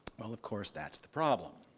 well, of course, that's the problem.